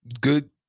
good